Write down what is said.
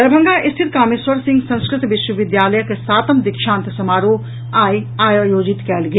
दरभंगा स्थित कामेश्वर सिंह संस्कृत विश्वविद्यालयक सातम दीक्षांत समारोह आई आयोजित कयल गेल